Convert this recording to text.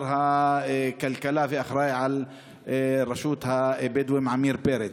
הכלכלה והאחראי לרשות הבדואים עמיר פרץ.